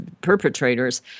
perpetrators